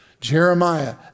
Jeremiah